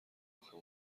آخه